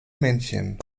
männchen